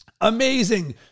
Amazing